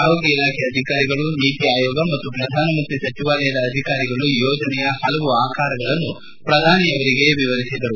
ಆರೋಗ್ಯ ಇಲಾಖೆ ಅಧಿಕಾರಿಗಳು ನೀತಿ ಆಯೋಗ ಮತ್ತು ಪ್ರಧಾನಮಂತ್ರಿ ಸಚವಾಲಯದ ಅಧಿಕಾರಿಗಳು ಯೋಜನೆಯ ಹಲವು ಆಕಾರಗಳನ್ನು ಪ್ರಧಾನಿ ಅವರಿಗೆ ವಿವರಿಸಿದರು